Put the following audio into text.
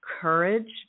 courage